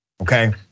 okay